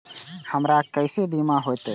हमरा केसे बीमा होते?